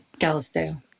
Galisteo